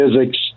physics